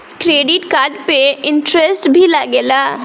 Credit card पे interest भी लागेला?